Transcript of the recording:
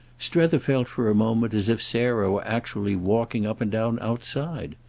strether felt for a moment as if sarah were actually walking up and down outside.